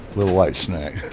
little light snack.